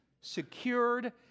secured